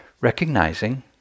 recognizing